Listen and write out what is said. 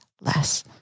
less